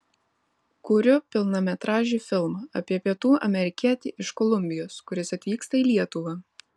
kuriu pilnametražį filmą apie pietų amerikietį iš kolumbijos kuris atvyksta į lietuvą